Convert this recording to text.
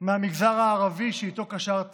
מהמגזר הערבי, שאיתו קשרת